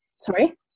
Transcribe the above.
sorry